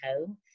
home